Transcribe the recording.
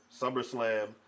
SummerSlam